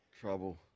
Trouble